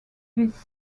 this